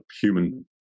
human